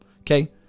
Okay